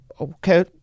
Okay